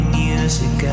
music